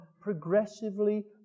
progressively